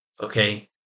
Okay